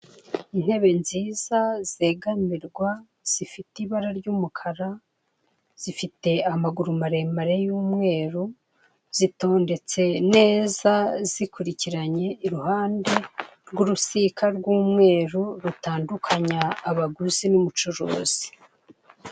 Intebe nziza zegamirwa zifite ibara ry'umukara, zifite amaguru maremare y'umweru, zitondetse neza zikurikiranye iruhande rw'urusika rw'umweru, rutandukanya abaguzi n'umucuruzi.